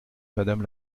madame